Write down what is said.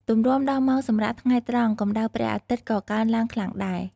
ទម្រាំដល់ម៉ោងសម្រាកថ្ងៃត្រង់ កម្ដៅព្រះអាទិត្យក៏កើនឡើងខ្លាំងដែរ។